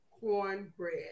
cornbread